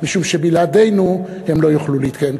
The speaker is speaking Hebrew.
משום שבלעדינו הם לא יוכלו להתקיים.